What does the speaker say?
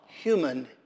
Human